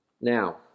Now